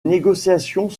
négociations